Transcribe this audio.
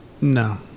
No